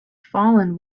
fallen